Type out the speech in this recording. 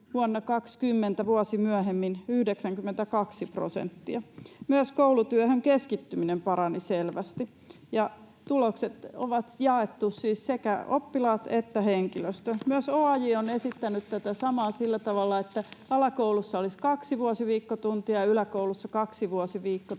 vuonna 20, vuosi myöhemmin, 92 prosenttia. Myös koulutyöhön keskittyminen parani selvästi. Ja tulokset on jaettu, siis sekä oppilaat että henkilöstö. Myös OAJ on esittänyt tätä samaa sillä tavalla, että alakoulussa olisi kaksi vuosiviikkotuntia ja yläkoulussa kaksi vuosiviikkotuntia.